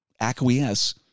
acquiesce